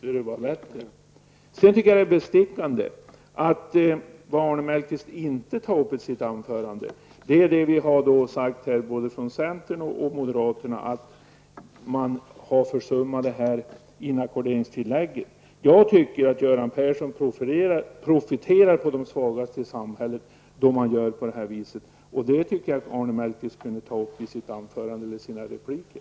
Sedan tycker jag att det är bestickande att Arne Mellqvist i sitt anförande inte tar upp det som både centern och moderaterna anser har försummats, nämligen inackorderingstillägget. Göran Persson profiterar på de svagaste i samhället när man gör på det här viset. Det borde Arne Mellqvist ta upp i sina repliker.